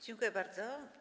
Dziękuję bardzo.